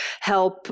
help